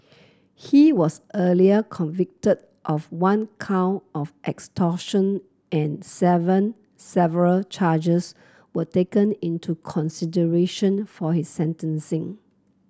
he was earlier convicted of one count of extortion and seven several charges were taken into consideration for his sentencing